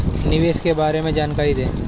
निवेश के बारे में जानकारी दें?